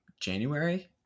January